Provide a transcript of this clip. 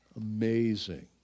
Amazing